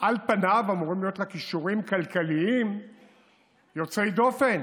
על פניו אמורים להיות לה כישורים כלכליים יוצאי דופן